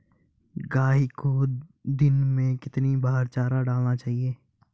गाय को दिन में कितनी बार चारा डालना चाहिए?